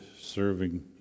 serving